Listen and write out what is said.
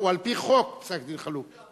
הוא, על פי חוק, פסק-דין חלוט.